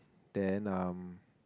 then um